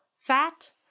fat